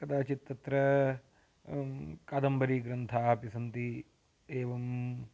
कदाचित् तत्रा कादम्बरीग्रन्थाः अपि सन्ति एवं